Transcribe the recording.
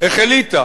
החליטה